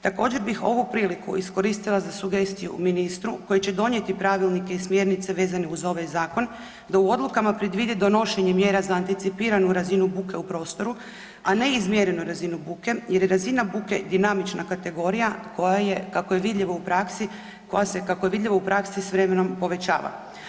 Također bi ovu priliku iskoristila za sugestiju ministru koji će donijeti pravilnike i smjernice vezane uz ovaj zakon da u odlukama predvidi donošenje mjera za anticipiranu razinu buke u prostoru, a ne izmjerenu buke jer je razina buke dinamična kategorija koja je kako je vidljivo u praksi, koja se kako je vidljivo u praksi s vremenom povećava.